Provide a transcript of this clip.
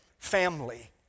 family